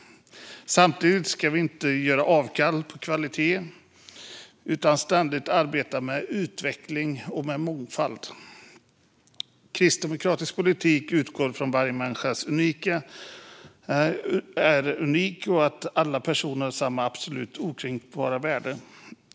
Samtidigt ska vi inte göra avkall på kvaliteten utan ständigt arbeta med utveckling och mångfald. Kristdemokratisk politik utgår från att varje människa är unik och att alla personer har samma absoluta och okränkbara värde.